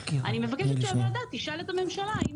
אני מבקשת שהוועדה תשאל את הממשלה האם